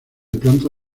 planta